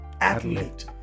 athlete